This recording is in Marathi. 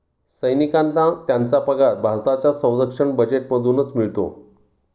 सैनिकांना त्यांचा पगार भारताच्या संरक्षण बजेटमधूनच मिळतो